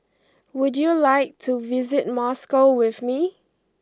would you like to visit Moscow with me